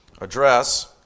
address